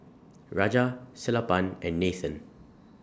Raja Sellapan and Nathan